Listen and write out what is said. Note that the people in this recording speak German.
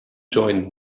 joint